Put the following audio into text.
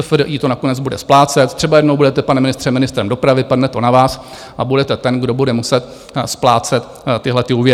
SFDI to nakonec bude splácet, třeba jednou budete, pane ministře, ministrem dopravy, padne to na vás a budete ten, kdo bude muset splácet tyhlety úvěry.